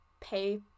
pay